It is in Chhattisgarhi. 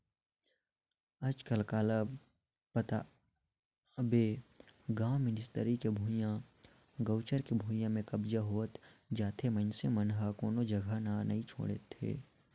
आजकल काला बताबे गाँव मे निस्तारी के भुइयां, गउचर के भुइयां में कब्जा होत जाथे मइनसे मन ह कोनो जघा न नइ छोड़त हे